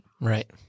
Right